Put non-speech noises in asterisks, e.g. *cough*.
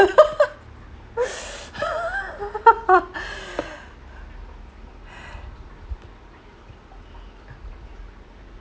*laughs*